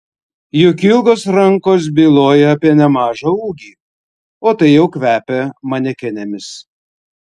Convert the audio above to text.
juk ilgos rankos byloja apie nemažą ūgį o tai jau kvepia manekenėmis